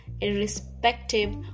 Irrespective